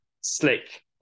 slick